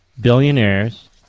billionaires